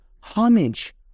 homage